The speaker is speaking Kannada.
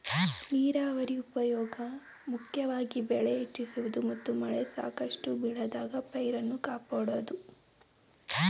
ನೀರಾವರಿ ಉಪ್ಯೋಗ ಮುಖ್ಯವಾಗಿ ಬೆಳೆ ಹೆಚ್ಚಿಸುವುದು ಮತ್ತು ಮಳೆ ಸಾಕಷ್ಟು ಬೀಳದಾಗ ಪೈರನ್ನು ಕಾಪಾಡೋದು